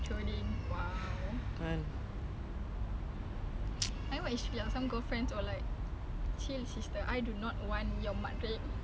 dah nak masuk forty three oh we start earlier dah nak masuk satu jam